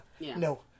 No